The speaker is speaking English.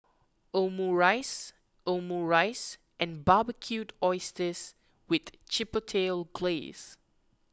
Omurice Omurice and Barbecued Oysters with Chipotle Glaze